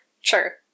Sure